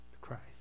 Christ